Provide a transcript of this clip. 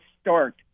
start